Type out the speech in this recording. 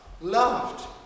loved